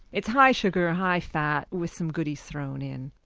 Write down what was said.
it's high sugar, high fat, with some goodies thrown in.